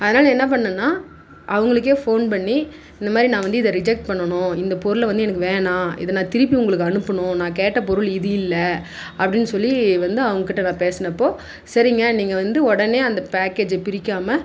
அதனால் என்ன பண்ணிணேன்னா அவர்களுக்கே ஃபோன் பண்ணி இந்த மாதிரி நான் வந்து இதை ரிஜெக்ட் பண்ணணும் இந்த பொருள் வந்து எனக்கு வேணாம் இதை நான் திருப்பி உங்களுக்கு அனுப்புனும் நான் கேட்ட பொருள் இது இல்லை அப்படின் சொல்லி வந்து அவங்ககிட்டே நான் பேசுனப்போது சரிங்க நீங்கள் வந்து உடனே அந்த பேக்கேஜ்ஜை பிரிக்காமல்